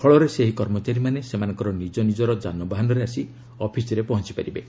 ଫଳରେ ସେହି କର୍ମଚାରୀମାନେ ସେମାନଙ୍କର ନିଜ ଯାନବାହନରେ ଆସି ଅଫିସରେ ପହଞ୍ଚି ପାରିବେ